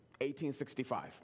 1865